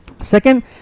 second